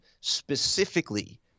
specifically